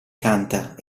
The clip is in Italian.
canta